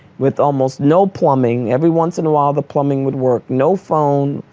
with almost no plumbing, every once in awhile, the plumbing would work. no phone,